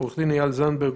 עורך-הדין איל זנדברג,